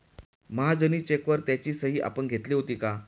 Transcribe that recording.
महाजनी चेकवर त्याची सही आपण घेतली होती का?